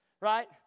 right